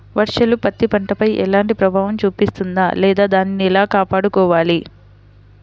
వర్షాలు పత్తి పంటపై ఎలాంటి ప్రభావం చూపిస్తుంద లేదా దానిని ఎలా కాపాడుకోవాలి?